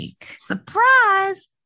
Surprise